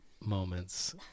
moments